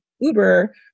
uber